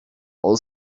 all